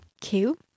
cute